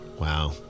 Wow